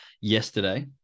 yesterday